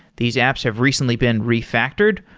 these apps have recently been refactored.